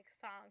songs